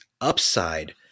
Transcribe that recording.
upside